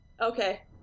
Okay